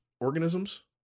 organisms